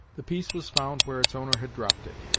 the piece was found where its owner had dropped it,